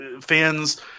fans